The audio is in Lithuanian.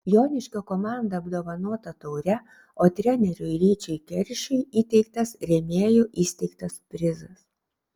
joniškio komanda apdovanota taure o treneriui ryčiui keršiui įteiktas rėmėjų įsteigtas prizas